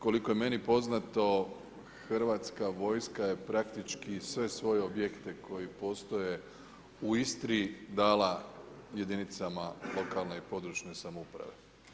Koliko je meni poznato, Hrvatska vojska je praktički, sve svoje objekte koji postoje u Istri dala jedinicama lokalne i područne samouprave.